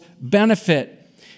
benefit